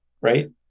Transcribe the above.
right